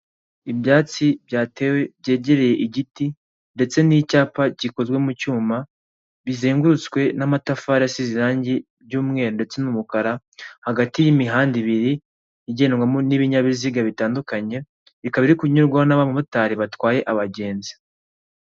Ibyatsi byatewe byegereye igiti ndetse n'icyapa gikozwe mu cyuma, bizengurutswe n'amatafari asize irangi by'umweru ndetse n'umukara, hagati y'imihanda ibiri igendwamo n'ibinyabiziga bitandukanye, ikaba iri kunyurwamo n'abamotari batwaye abagenzi.